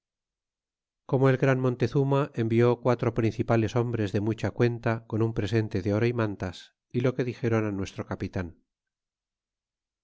como el gran montezuma envió quatro principales hombres de mucha cuenta con un presente de oro y mantas y lo que dixéron nuestro capitan